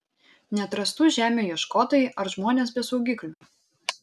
neatrastų žemių ieškotojai ar žmonės be saugiklių